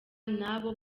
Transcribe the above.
n’abo